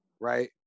right